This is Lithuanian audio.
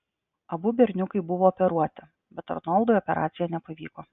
abu berniukai buvo operuoti bet arnoldui operacija nepavyko